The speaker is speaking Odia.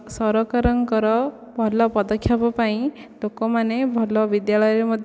ସରକାରଙ୍କର ଭଲ ପଦକ୍ଷେପ ପାଇଁ ଲୋକ ମାନେ ଭଲ ବିଦ୍ୟାଳୟରେ ମଧ୍ୟ